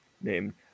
named